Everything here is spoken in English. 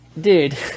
dude